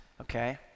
okay